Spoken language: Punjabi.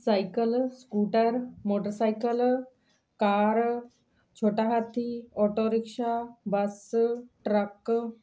ਸਾਇਕਲ ਸਕੂਟਰ ਮੋਟਰਸਾਇਕਲ ਕਾਰ ਛੋਟਾ ਹਾਥੀ ਓਟੋ ਰਿਕਸ਼ਾ ਬੱਸ ਟਰੱਕ